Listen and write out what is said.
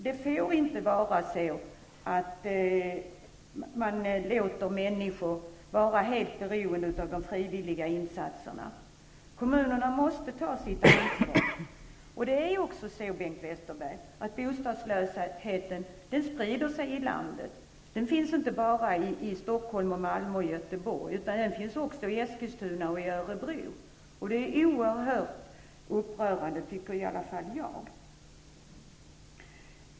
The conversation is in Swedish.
Man får inte låta människor vara helt beroende av frivilliga insatser. Kommunerna måste ta sitt ansvar. Bengt Westerberg, bostadslösheten sprider sig i landet. Den finns inte bara i Stockholm, Malmö och Göteborg. Den finns även i Eskilstuna och i Örebro. Detta är oerhört upprörande. Det tycker i alla fall jag.